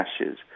ashes